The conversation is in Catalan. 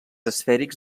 esfèrics